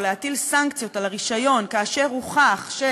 או להטיל סנקציות על הרישיון כאשר הוכח שהוא